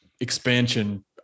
expansion